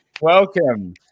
Welcome